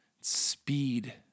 speed